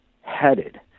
headed